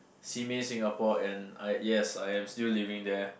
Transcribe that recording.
Simei Singapore and I yes I am still living there